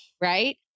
right